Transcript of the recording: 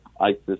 ISIS